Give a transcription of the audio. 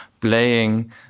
playing